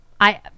I-